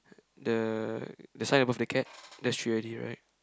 the the sign above the cap that's ready right